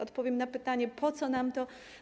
Odpowiem na pytanie: Po co nam to?